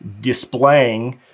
displaying